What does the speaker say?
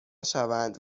شوند